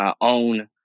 own